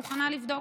מוכנה לבדוק.